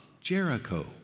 Jericho